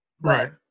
Right